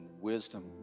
wisdom